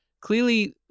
clearly